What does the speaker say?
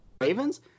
Ravens